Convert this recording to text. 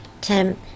Tim